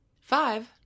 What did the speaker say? Five